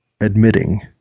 admitting